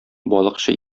балыкчы